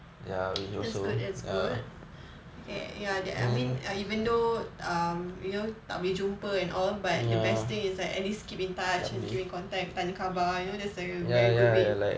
that's good that's good okay ya that I mean even though um you know tak boleh jumpa and all but the best thing is like at least keep in touch keep in contact tanya khabar you know that's a very good thing